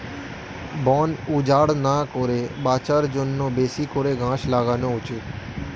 বন উজাড় না করে বাঁচার জন্যে বেশি করে গাছ লাগানো উচিত